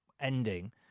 ending